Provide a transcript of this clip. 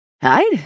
Hide